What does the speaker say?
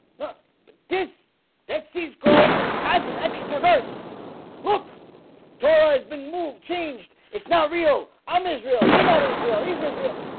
but this dead sea scrolls has an extra verse look torah has been moved changed. it's not real. i'm israel you're not israel is israel